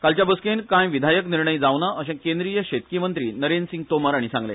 कालच्या बसकेन काय विधायक निर्णय जावना अशें केंद्रीय शेतकी मंत्री नरेंद्र सिंग तोमर हाणी सांगले